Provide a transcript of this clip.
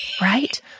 right